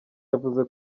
yavuze